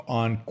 on